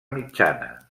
mitjana